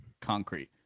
concrete